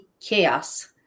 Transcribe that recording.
chaos